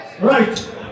Right